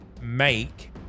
make